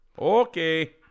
Okay